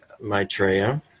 Maitreya